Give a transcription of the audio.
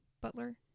Butler